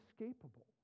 inescapable